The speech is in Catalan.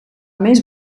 més